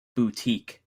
boutique